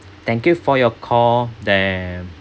thank you for your call then